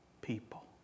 people